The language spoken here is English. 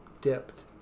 dipped